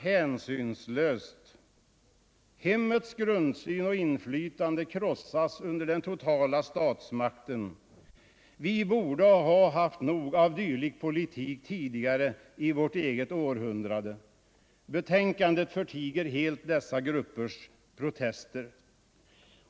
Hemmets grundsyn och inflytande krossas under den totala statsmakten. Vi borde ha fått nog av dylik politik tidigare i vårt eget århundrande. Betänkandet förtiger helt dessa gruppers protester.